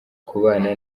kubana